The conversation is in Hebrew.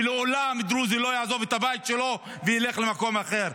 ולעולם דרוזי לא יעזוב את הבית שלו וילך למקום אחר.